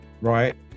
Right